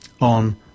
on